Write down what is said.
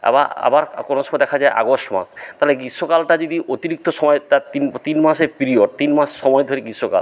আবার আবার কোনো সময় দেখা যায় আগস্ট মাস তাহলে গ্রীষ্মকালটা যদি অতিরিক্ত সময় তার তিন তিন মাসের পিরিয়ড তিন মাস সময় ধরে গ্রীষ্মকাল